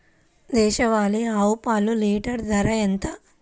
దేశవాలీ ఆవు పాలు లీటరు ధర ఎంత?